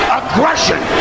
aggression